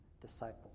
disciple